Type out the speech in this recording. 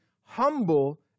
humble